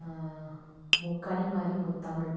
முக்கனி மாதிரி முத்தமிழ்